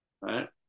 Right